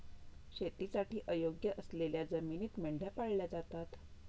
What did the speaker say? शेतीसाठी अयोग्य असलेल्या जमिनीत मेंढ्या पाळल्या जातात